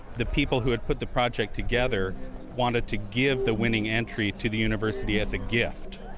the people who had put the project together wanted to give the winning entry to the university as a gift.